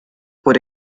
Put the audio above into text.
por